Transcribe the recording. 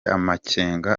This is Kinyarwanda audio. amakenga